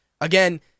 Again